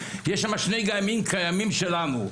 יש שם שני גנים קיימים שלנו,